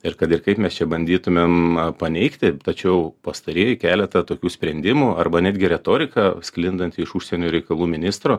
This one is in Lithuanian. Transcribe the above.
ir kad ir kaip mes čia bandytumėm paneigti tačiau pastarieji keletą tokių sprendimų arba netgi retorika sklindanti iš užsienio reikalų ministro